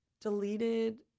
deleted